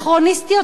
שוביניסטיות,